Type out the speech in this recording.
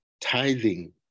tithing